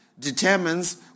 determines